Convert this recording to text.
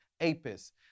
Apis